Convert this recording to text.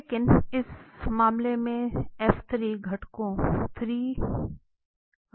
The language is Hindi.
हम इसे x के संबंध में आंशिक रूप से एकीकृत करते हैं तो हमें यहां 2 x मिलेगा